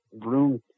room